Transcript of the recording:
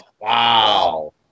Wow